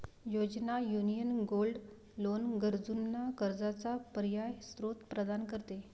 योजना, union gold loan गरजूंना कर्जाचा पर्यायी स्त्रोत प्रदान करते